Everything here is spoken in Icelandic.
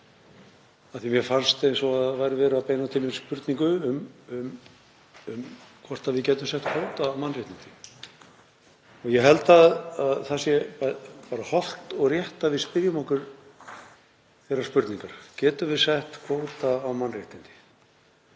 að mér fannst eins og það væri verið að beina til mín spurningu um hvort við gætum sett kvóta á mannréttindi. Ég held að það sé bara hollt og rétt að við spyrjum okkur þeirrar spurningar: Getum við sett kvóta á mannréttindi?